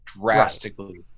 drastically